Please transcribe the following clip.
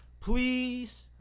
please